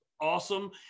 awesome